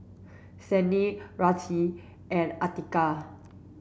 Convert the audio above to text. Senin Rizqi and Atiqah